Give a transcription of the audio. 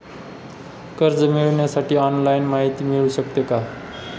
कर्ज मिळविण्यासाठी ऑनलाईन माहिती मिळू शकते का?